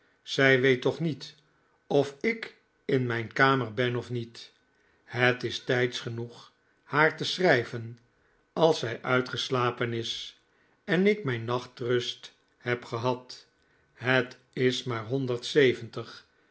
zij weet toch niet of ik in mijn kamer ben of niet het is tijds genoeg haar te schrijven als zij uitgeslapen is en ik mijn nachtrust heb gehad het is maar